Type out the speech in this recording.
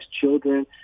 children